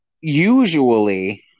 usually